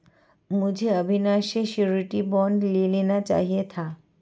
मुझे अविनाश से surety bond ले लेना चाहिए था